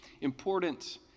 important